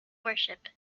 worship